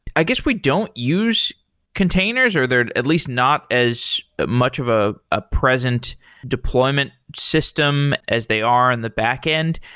i guess we don't use containers, or they're at least not as much of a ah present deployment system as they are in the backend.